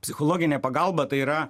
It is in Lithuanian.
psichologinė pagalba tai yra